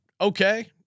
Okay